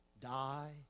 die